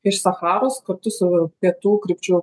iš sacharos kartu su pietų krypčių